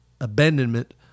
abandonment